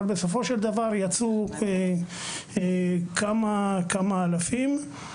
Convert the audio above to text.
אבל בסופו של דבר יצאו כמה אלפי תלמידים.